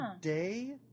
day